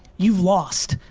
you've lost.